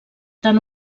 tant